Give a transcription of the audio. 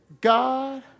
God